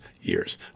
Years